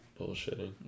bullshitting